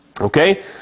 Okay